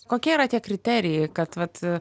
kokie yra tie kriterijai kad vat